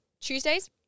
Tuesdays